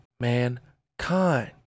Mankind